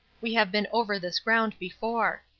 we have been over this ground before.